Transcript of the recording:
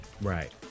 Right